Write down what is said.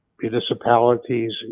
municipalities